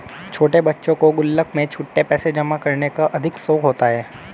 छोटे बच्चों को गुल्लक में छुट्टे पैसे जमा करने का अधिक शौक होता है